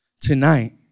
tonight